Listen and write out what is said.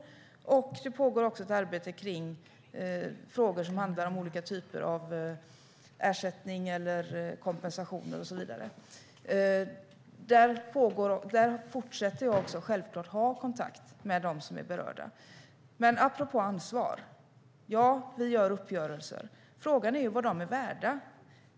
Det pågår också ett arbete kring frågor som handlar om olika typer av ersättning eller kompensation och så vidare. Där fortsätter jag självklart att ha kontakt med dem som är berörda. Men apropå ansvar: Ja, vi gör uppgörelser. Frågan är vad de är värda.